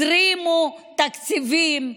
הזרימו תקציבים,